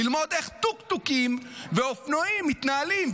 ללמוד איך טוק-טוקים ואופנועים מתנהלים,